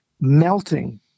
melting